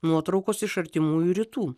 nuotraukos iš artimųjų rytų